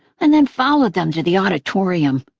and then followed them to the auditorium.